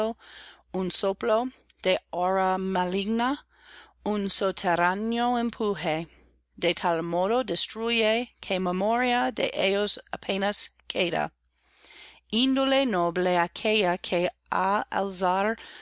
un soplo de aura maligna un soterraño empuje de tal modo destruye que memoria de ellos apenas queda indole noble aquella que